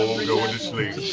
going to sleep